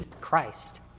Christ